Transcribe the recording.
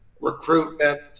recruitment